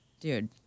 Dude